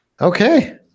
Okay